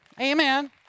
Amen